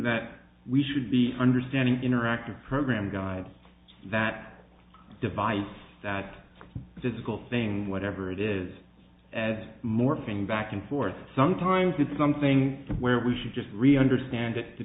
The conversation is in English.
that we should be understanding interactive program guides that divine that physical thing whatever it is as morphing back and forth sometimes it's something where we should just really understand it to